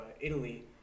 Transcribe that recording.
italy